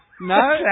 No